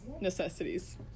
necessities